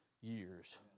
years